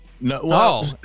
No